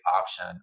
option